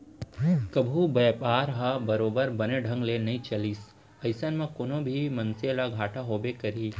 कभू बयपार ह बरोबर बने ढंग ले नइ चलिस अइसन म कोनो भी मनसे ल घाटा होबे करही